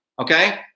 okay